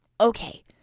Okay